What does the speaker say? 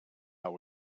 how